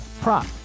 prop